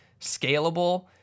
scalable